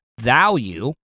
value